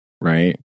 Right